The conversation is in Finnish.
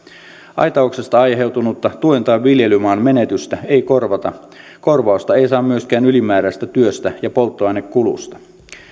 aitauksesta aiheutunutta tuen tai viljelymaan menetystä ei korvata korvausta ei saa myöskään ylimääräisestä työstä ja polttoainekulusta